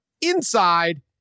inside